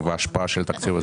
וההשפעה על התקציב?